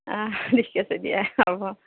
অঁহ ঠিক আছে দিয়া হ'ব